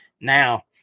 Now